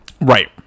Right